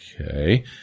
Okay